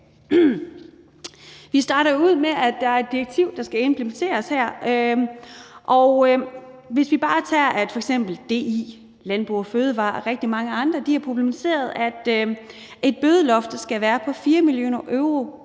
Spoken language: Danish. Vi starter ud med, at der er et direktiv, der skal implementeres her. Og vi kan bare tage dét, at f.eks. DI, Landbrug & Fødevarer og rigtig mange andre har problematiseret, at et bødeloft skal være på 4 mio. euro